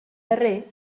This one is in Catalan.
darrer